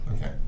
Okay